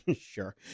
sure